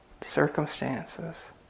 circumstances